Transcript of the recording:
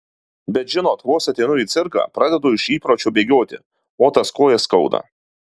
bet žinot vos ateinu į cirką pradedu iš įpročio bėgioti o tas kojas skauda